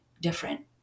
different